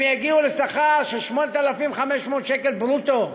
הם יגיעו לשכר של 8,500 שקל ברוטו.